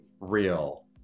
real